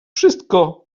wszystko